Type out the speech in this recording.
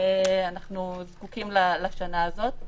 אנחנו זקוקים לשנה הזאת.